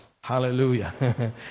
Hallelujah